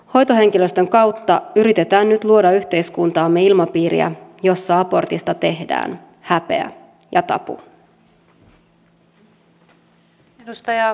hoitohenkilöstön kautta yritetään nyt luoda yhteiskuntaamme ilmapiiriä jossa abortista tehdään häpeä ja tabu